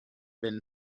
been